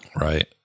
Right